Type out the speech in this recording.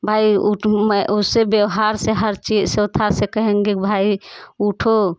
भाई उठ हूँ मैं उसे व्यवहार से हर कहेंगे की भाई उठो